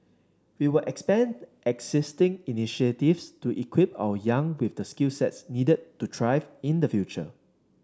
we will expand existing initiatives to equip our young with the skill sets needed to thrive in the future